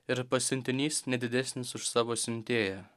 ir pasiuntinys ne didesnis už savo siuntėją